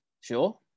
Sure